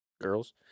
girls